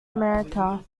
america